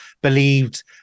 believed